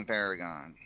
Paragon